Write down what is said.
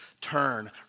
turn